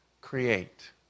create